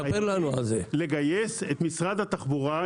צריך לגייס את משרד התחבורה,